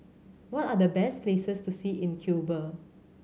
what are the best places to see in Cuba